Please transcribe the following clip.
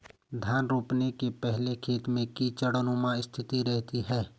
धान रोपने के पहले खेत में कीचड़नुमा स्थिति रहती है